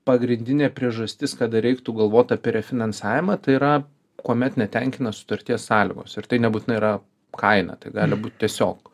pagrindinė priežastis kada reiktų galvot apie refinansavimą tai yra kuomet netenkina sutarties sąlygos ir tai nebūtinai yra kaina tai gali būt tiesiog